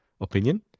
opinion